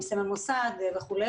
סמל מוסד וכו'